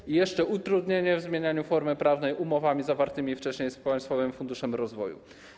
Do tego jeszcze utrudnienie w zmienianiu formy prawnej umowami zawartymi wcześniej z państwowym funduszem rozwoju.